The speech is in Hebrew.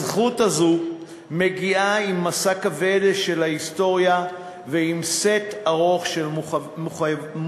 הזכות הזו מגיעה עם משא כבד של ההיסטוריה ועם סט ארוך של מחויבויות: